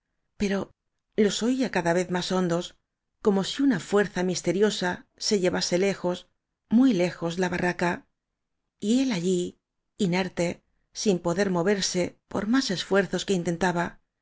cansancio pero los oía cada vez más hondos como si una fuerza misteriosa se llevase lejos muy lejos la barraca y él allí inerte sin poder moverse por más esfuerzos que intentaba